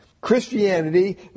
Christianity